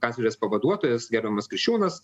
kanclerės pavaduotojas gerbiamas kriščiūnas